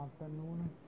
afternoon